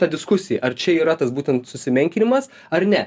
ta diskusija ar čia yra tas būtent sumenkinimas ar ne